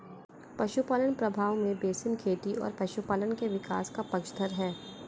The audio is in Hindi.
पशुपालन प्रभाव में बेसिन खेती और पशुपालन के विकास का पक्षधर है